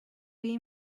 wie